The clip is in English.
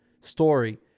story